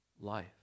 life